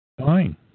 fine